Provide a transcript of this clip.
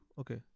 Okay